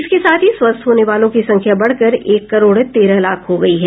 इसके साथ ही स्वस्थ होने वालों की संख्या बढकर एक करोड़ तेरह लाख हो गई है